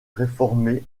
réformée